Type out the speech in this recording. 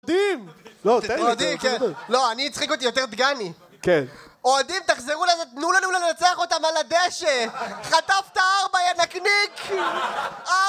אוהדים! לא תן לי את זה לא, אני הצחיק אותי יותר דגני. אוהדים, תחזרו לזה, נו לנו לנצח אותם על הדשא! חטפת ארבע ינקניק!